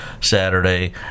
Saturday